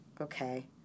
okay